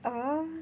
um